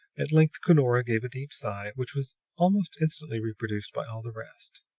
at length cunora gave a deep sigh, which was almost instantly reproduced by all the rest.